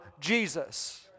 Jesus